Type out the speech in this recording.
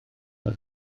oedd